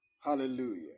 Hallelujah